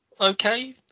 okay